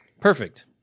Perfect